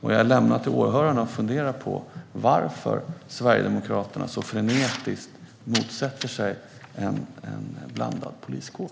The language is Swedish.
Jag lämnar till åhörarna att fundera på varför Sverigedemokraterna så frenetiskt motsätter sig en blandad poliskår.